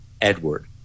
edward